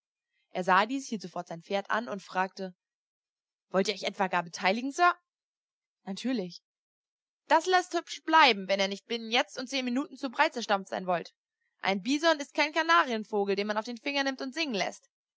er sah dies hielt sofort sein pferd an und fragte wollt ihr euch etwa gar beteiligen sir natürlich das laßt hübsch bleiben wenn ihr nicht binnen jetzt und zehn minuten zu brei zerstampft sein wollt ein bison ist kein kanarienvogel den man auf den finger nimmt und singen läßt